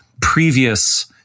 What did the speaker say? previous